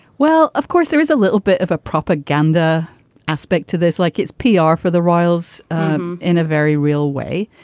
well, of course there is a little bit of a propaganda aspect to this. like it's pr for the royals um in a very real way.